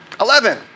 Eleven